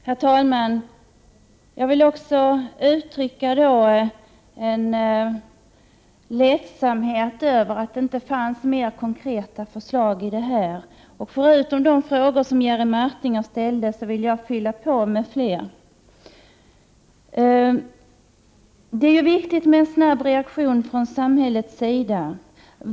Herr talman! Också jag vill uttrycka en ledsamhet över att det inte fanns mer konkreta förslag i statsrådets information. Jag vill fylla på med fler frågor utöver de som Jerry Martinger ställde. Det är viktigt med en snabb reaktion från samhällets sida.